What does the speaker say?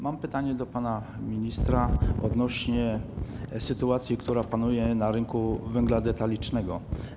Mam pytanie do pana ministra odnośnie do sytuacji, która panuje na rynku węgla detalicznego.